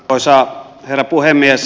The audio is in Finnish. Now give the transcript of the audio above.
arvoisa herra puhemies